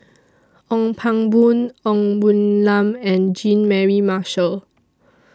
Ong Pang Boon Ng Woon Lam and Jean Mary Marshall